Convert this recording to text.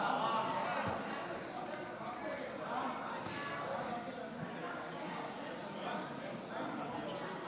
בשווי בעבירת גנבה חקלאית ובעבירות הגורמות נזק לרכוש חקלאי,